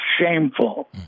shameful